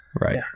Right